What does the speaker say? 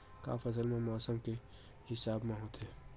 का फसल ह मौसम के हिसाब म होथे?